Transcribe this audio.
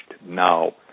Now